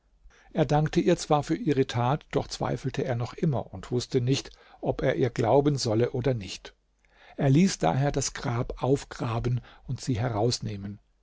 er dankte ihr zwar für ihre tat doch zweifelte er noch immer und wußte nicht ob er ihr glauben solle oder nicht er ließ daher das grab aufgraben und sie herausnehmen